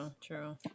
True